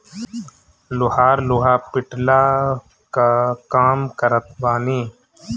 लोहार लोहा पिटला कअ काम करत बाने